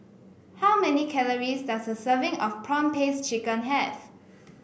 how many calories does a serving of prawn paste chicken have